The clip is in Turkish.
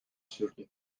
sürdü